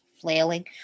flailing